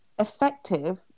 effective